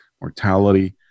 mortality